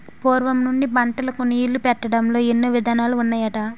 పూర్వం నుండి పంటలకు నీళ్ళు పెట్టడంలో ఎన్నో విధానాలు ఉన్నాయట